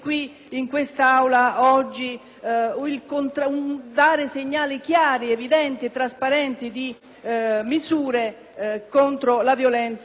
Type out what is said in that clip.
segnali chiari, evidenti e trasparenti di misure per il contrasto alla violenza sulle donne?